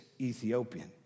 Ethiopian